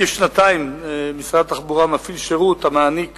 מזה כשנתיים משרד התחבורה מפעיל שירות המעניק